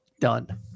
done